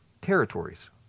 territories